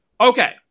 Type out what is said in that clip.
Okay